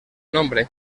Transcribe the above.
nombre